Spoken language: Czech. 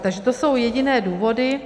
Takže to jsou jediné důvody.